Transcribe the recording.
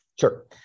Sure